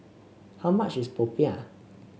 how much is Popiah